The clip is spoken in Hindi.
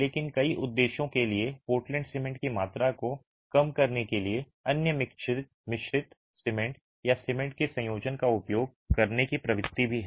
लेकिन कई उद्देश्यों के लिए पोर्टलैंड सीमेंट की मात्रा को कम करने के लिए अन्य मिश्रित सीमेंट या सीमेंट के संयोजन का उपयोग करने की प्रवृत्ति भी है